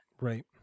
right